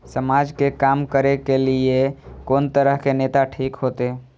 समाज के काम करें के ली ये कोन तरह के नेता ठीक होते?